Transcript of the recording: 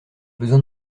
besoin